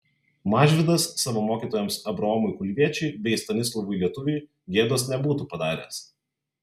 mažvydas savo mokytojams abraomui kulviečiui bei stanislovui lietuviui gėdos nebūtų padaręs